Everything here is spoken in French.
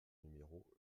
numéro